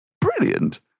brilliant